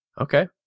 Okay